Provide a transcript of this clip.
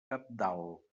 cabdal